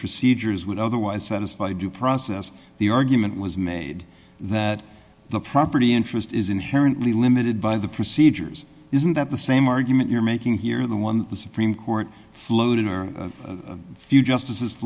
procedures would otherwise satisfy due process the argument was made that the property interest is inherently limited by the procedures isn't that the same argument you're making here the one the supreme court floated a few justice